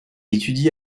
étudie